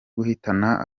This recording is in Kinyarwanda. guhita